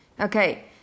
okay